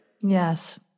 Yes